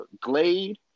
Glade